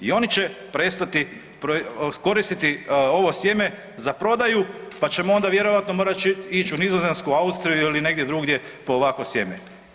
I oni će prestati koristiti ovo sjeme za prodaju, pa ćemo onda vjerojatno morat ić u Nizozemsku, Austriju ili negdje drugdje po ovakvo sjeme.